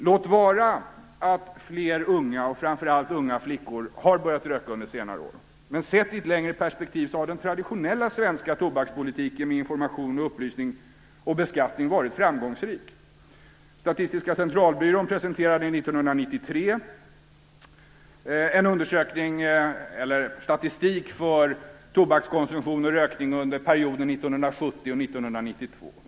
Låt vara att fler unga, och framför allt unga flickor, har börjat röka under senare år. Men sett i ett längre perspektiv har den traditionella svenska tobakspolitiken med information, upplysning och beskattning varit framgångsrik. Statistiska centralbyrån presenterade 1993 statistik för tobakskonsumtion och rökning under perioden 1970-1992.